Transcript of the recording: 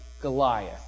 Goliath